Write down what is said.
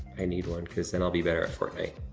i need one because then i'll be better at fortnite.